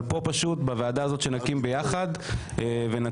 אבל פה פשוט בוועדה הזאת שנקים ביחד ונצביע